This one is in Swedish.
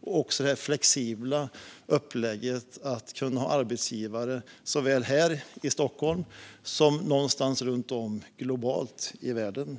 Det gäller också det flexibla upplägget att kunna ha arbetsgivare såväl här i Stockholm som någonstans runt om globalt i världen